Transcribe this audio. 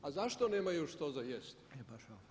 A zašto nemaju što za jesti?